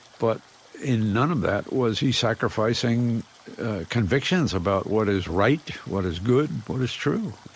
but in none of that was he sacrificing convictions about what is right, what is good, what is true.